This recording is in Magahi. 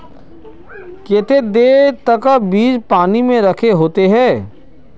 केते देर तक बीज पानी में रखे होते हैं?